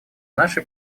наши